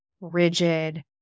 rigid